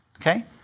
okay